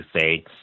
say